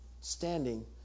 standing